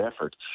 effort